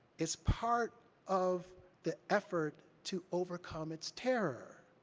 it's part of the effort to overcome its terror.